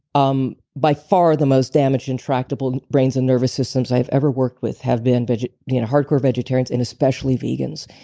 um by far, the most damaged and trackable brains and nervous systems i have ever worked with have been been and hard core vegetarians and especially vegans.